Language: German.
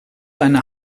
seine